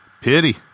Pity